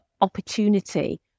opportunity